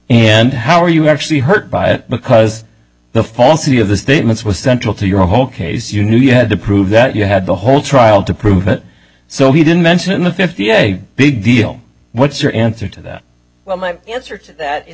and how are you actually hurt by it because the falsity of the statements was central to your whole case you knew you had to prove that you had the whole trial to prove it so he didn't mention the fifty a big deal what's your answer to that well my answer to that is